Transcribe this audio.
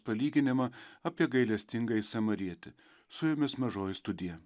palyginimą apie gailestingąjį samarietį su jumis mažoji studija